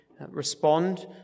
respond